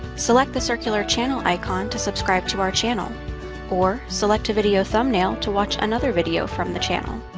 select the circular channel icon to subscribe to our channel or select a video thumbnail to watch another video from the channel.